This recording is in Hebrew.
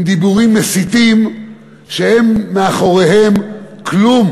עם דיבורים מסיטים שאין מאחוריהם כלום,